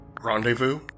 Rendezvous